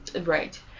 right